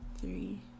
three